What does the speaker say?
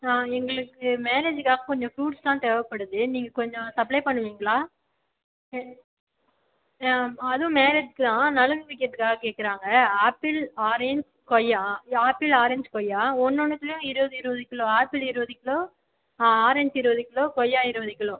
எங்களுக்கு மேரேஜ்ஜுக்காக கொஞ்சம் ஃப்ரூட்ஸ்லாம் தேவைப்படுது நீங்கள் கொஞ்சம் சப்ளை பண்ணுவீங்களா அதுவும் மேரேஜ்ஜுக்கு தான் நலுங்கு வக்கிறதுக்காக கேட்குறாங்க ஆப்பிள் ஆரஞ்ச் கொய்யா இது ஆப்பிள் ஆரஞ்ச் கொய்யா ஒன்னு ஒன்னுத்துலையும் இருபது இருபது கிலோ ஆப்பிள் இருபது கிலோ ஆரஞ்ச் இருபது கிலோ கொய்யா இருபது கிலோ